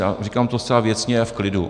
A říkám to zcela věcně a v klidu.